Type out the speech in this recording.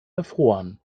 erfroren